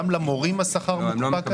גם למורים אתה מקפיא כאן את השכר?